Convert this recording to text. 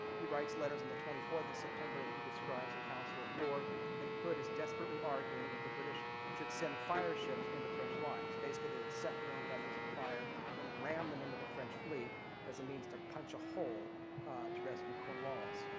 he writes letters on the twenty fourth of september where he describes the council of war and hood is desperately arguing that the british should send fire ships in to french lines. basically they would set their own vessels on and fire and ram them into the french fleet as a means to punch a hole to rescue cornwallis,